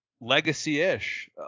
legacy-ish